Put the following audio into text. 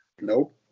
Nope